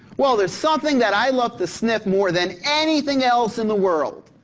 well, there's something that i love to sniff, more than anything else in the world.